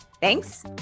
Thanks